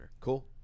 Cool